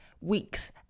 week's